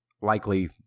likely